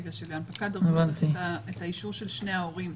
בגלל שהנפקת דרכון צריך את האישור של שני ההורים.